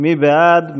מי בעד?